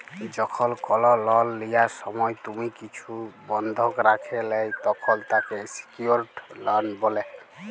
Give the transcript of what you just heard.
যখল কল লন লিয়ার সময় তুমি কিছু বনধক রাখে ল্যয় তখল তাকে স্যিক্যুরড লন বলে